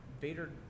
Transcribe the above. Vader